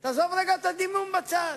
תעזוב רגע את הדימום בצד.